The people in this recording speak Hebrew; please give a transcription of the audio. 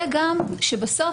בנוסף,